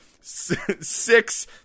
Six